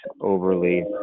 overly